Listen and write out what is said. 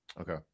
okay